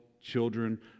children